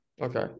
Okay